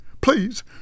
Please